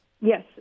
Yes